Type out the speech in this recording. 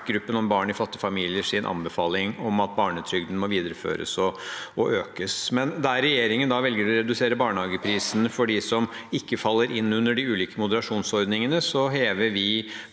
ekspertgruppen om barn i fattige familier sin anbefaling om at barnetrygden må videreføres og økes. Der regjeringen da velger å redusere barnehageprisene for dem som ikke faller inn under de ulike moderasjonsordningene, hever vi